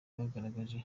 bagaragaje